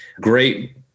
great